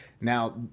Now